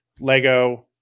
Lego –